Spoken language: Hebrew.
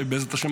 בעזרת השם,